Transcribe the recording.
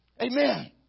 Amen